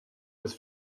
was